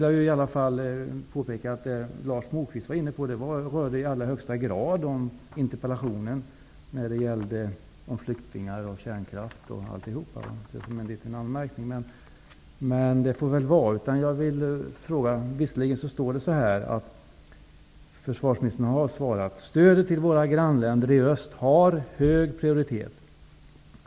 Jag vill också påpeka att det som Lars Moquist tog upp om flyktingar och kärnkraft i allra högsta grad rörde interpellationen. Det vill jag säga som en liten anmärkning, men det får väl vara i och med det. I försvarsministerns svar står: Stödet till våra grannländer i öst har hög prioritet.